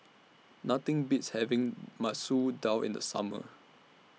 Nothing Beats having Masoor Dal in The Summer